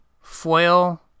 foil